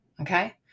okay